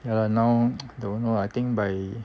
ya lah now don't know I think by